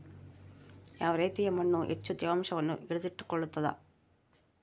ಯಾವ ರೇತಿಯ ಮಣ್ಣು ಹೆಚ್ಚು ತೇವಾಂಶವನ್ನು ಹಿಡಿದಿಟ್ಟುಕೊಳ್ತದ?